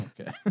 Okay